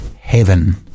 heaven